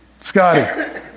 Scotty